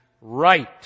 right